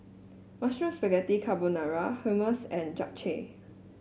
Mushroom Spaghetti Carbonara Hummus and Japchae